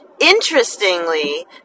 interestingly